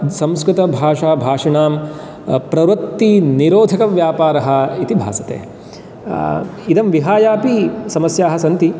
संस्कृतभाषाभाषिणां प्रवृत्तिनिरोधकः व्यापारः इति भासते इदं विहाय अपि समस्याः सन्ति